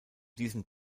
diesem